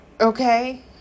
Okay